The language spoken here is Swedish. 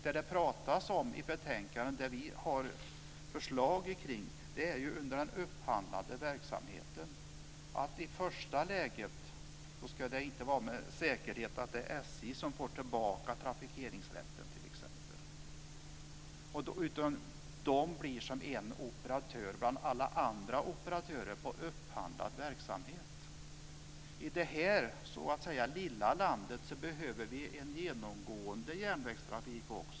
Vad vi föreslår i betänkandet är att det i första läget under den upphandlande verksamheten inte med säkerhet ska vara SJ som får tillbaka trafikeringsrätten t.ex., utan SJ blir som en operatör bland alla andra operatörer på upphandlad verksamhet. I det här lilla landet behöver vi också en genomgående järnvägstrafik.